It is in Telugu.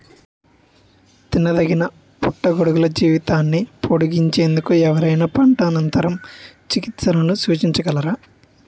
తినదగిన పుట్టగొడుగుల జీవితాన్ని పొడిగించేందుకు ఎవరైనా పంట అనంతర చికిత్సలను సూచించగలరా?